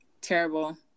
Terrible